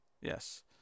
Yes